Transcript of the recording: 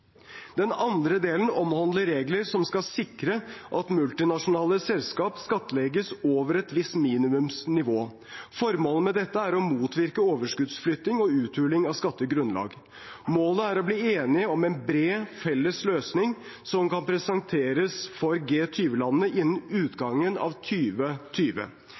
Den andre deler omhandler regler som skal sikre at multinasjonale selskap skattlegges over et visst minimumsnivå. Formålet med dette er å motvirke overskuddsflytting og uthuling av skattegrunnlag. Målet er å bli enig om en bred, felles løsning som kan presenteres for G20-landene innen utgangen av